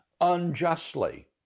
unjustly